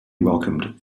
welcomed